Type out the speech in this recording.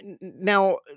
Now